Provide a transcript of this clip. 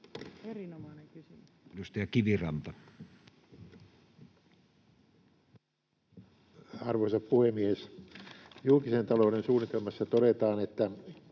Arvoisa puhemies! Julkisen talouden suunnitelmassa todetaan, että